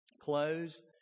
clothes